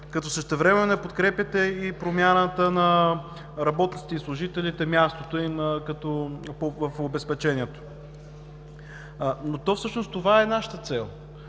като същевременно не подкрепяте и промяната на работниците и служителите – мястото им в обезпечението. Всъщност това е нашата цел,